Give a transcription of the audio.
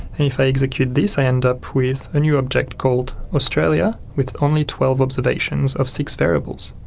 and if i execute this, i end up with a new object called australia with only twelve observations of six variables